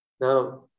Now